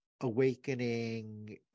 awakening